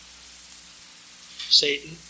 Satan